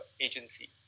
agency